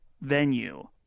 venue